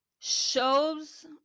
Shows